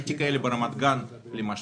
ראיתי כאלה ברמת גן למשל.